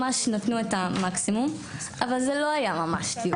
ממש נתנו את המקסימום אבל זה לא היה ממש טיול,